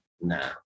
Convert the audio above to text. No